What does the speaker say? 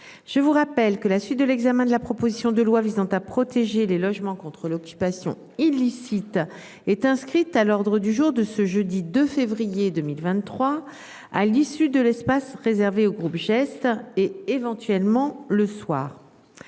Je vous rappelle que la suite de l'examen de la proposition de loi visant à protéger les logements contre l'occupation illicite est inscrite à l'ordre du jour de ce jeudi 2 février 2023 à l'issue de l'espace réservé au groupe geste et éventuellement le soir.